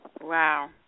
Wow